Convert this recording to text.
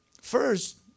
First